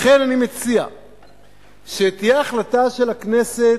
לכן אני מציע שתהיה החלטה של הכנסת,